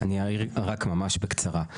אני אעיר ממש בקצרה.